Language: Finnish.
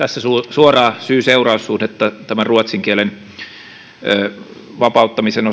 suoraa syy seuraussuhdetta tämän ruotsin kielen ylioppilaskirjoituksissa vapauttamisen